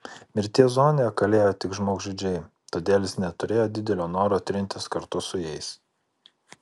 mirties zonoje kalėjo tik žmogžudžiai todėl jis neturėjo didelio noro trintis kartu su jais